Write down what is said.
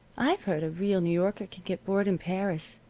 i've heard a real new yorker can get bored in paris.